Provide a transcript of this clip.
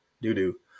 doo-doo